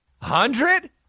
hundred